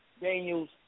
Daniels